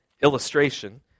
illustration